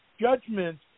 judgment